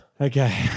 Okay